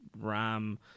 RAM